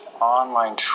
Online